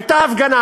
הייתה הפגנה,